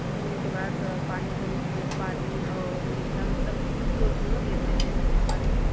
धुलने के बाद पानी पीने के लिए पानी और मीठा मतलब मीठे में जो भी हो देते हैं मीठा पानी